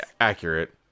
accurate